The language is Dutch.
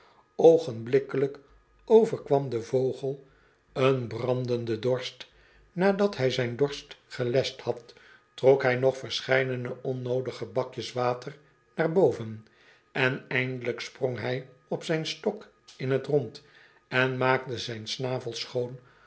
overkwam den vogel een brandende dorst nadat hij zjn dorst gelescht had trok hij nog verscheidene onnoodige bakjes water naar boven en eindelijk sprong bij op zijn stok in t rond en maakte zijn snavel schoon